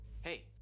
hey